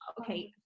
okay